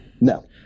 No